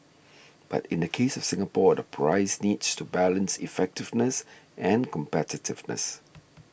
but in the case of Singapore all the price needs to balance effectiveness and competitiveness